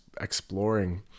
exploring